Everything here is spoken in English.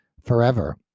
forever